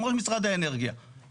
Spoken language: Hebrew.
כמו משרד האנרגיה,